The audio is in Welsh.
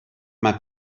mae